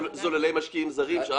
זוללי משקיעים זרים.